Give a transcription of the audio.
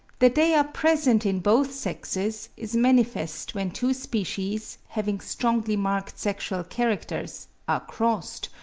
that they are present in both sexes, is manifest when two species, having strongly-marked sexual characters, are crossed,